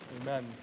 Amen